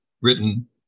written